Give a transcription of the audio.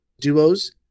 duos